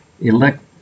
elect